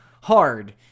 hard